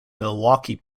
milwaukee